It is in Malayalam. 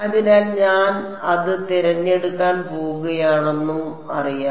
അതിനാൽ ഞാൻ അത് തിരഞ്ഞെടുക്കാൻ പോകുകയാണെന്നും അറിയാം